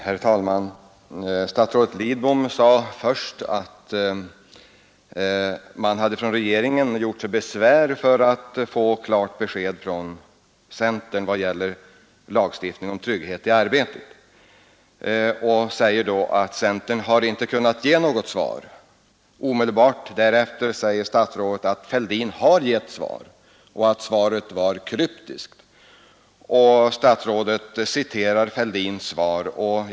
Herr talman! Statsrådet Lidbom sade att regeringen gjort sig besvär för att få klart besked från centern vad gäller lagstiftning om trygghet i arbetet och att centern inte kunnat ge något svar. Omedelbart därefter sade statsrådet att herr Fälldin har givit ett svar och att det var kryptiskt. Statsrådet citerade så herr Fälldins svar.